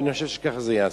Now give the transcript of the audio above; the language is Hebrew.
ואני חושב שכך זה ייעשה.